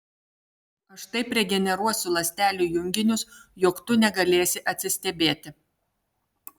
aš taip regeneruosiu ląstelių junginius jog tu negalėsi atsistebėti